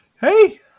Hey